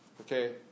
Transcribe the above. okay